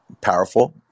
powerful